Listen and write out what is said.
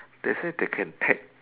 they say they can tax